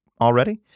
already